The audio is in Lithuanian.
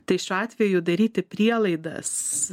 tai šiuo atveju daryti prielaidas